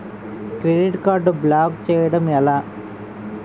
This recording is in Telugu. క్రెడిట్ కార్డ్ బ్లాక్ చేయడం ఎలా?